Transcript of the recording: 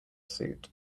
suit